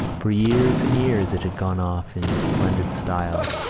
for years and years it had gone off in splendid style,